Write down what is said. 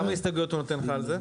כמה הסתייגויות הוא נותן לך על זה?